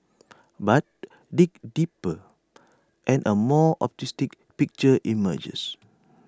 but dig deeper and A more optimistic picture emerges